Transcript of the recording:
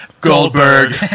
Goldberg